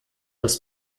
das